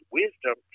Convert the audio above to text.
wisdom